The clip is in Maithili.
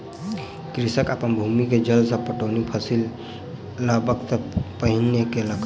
कृषक अपन भूमि के जल सॅ पटौनी फसिल लगबअ सॅ पहिने केलक